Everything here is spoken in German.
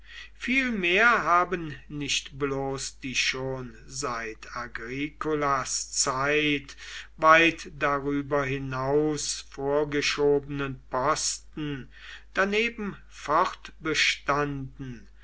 vielmehr haben nicht bloß die schon seit agricolas zeit weit darüber hinaus vorgeschobenen posten daneben